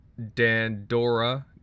Dandora